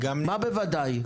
מה "בוודאי"?